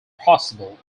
possible